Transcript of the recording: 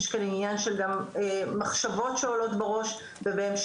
יש כאן עניין גם של מחשבות שעולות בראש ובהמשך